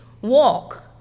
walk